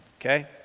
okay